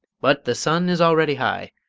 but the sun is already high.